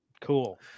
Cool